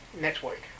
network